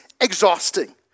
exhausting